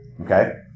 Okay